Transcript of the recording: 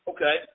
Okay